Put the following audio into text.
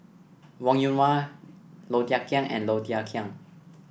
Wong Yoon Wah Low Thia Khiang and Low Thia Khiang